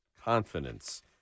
confidence